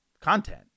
content